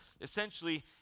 Essentially